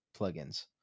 plugins